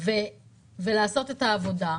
ולעשות את העבודה,